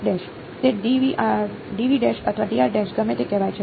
તે અથવા ગમે તે કહેવાય છે